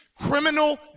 criminal